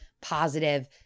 positive